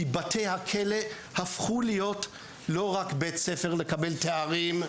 כי בתי הכלא הפכו להיות לא רק בית ספר כדי לקבל תארים,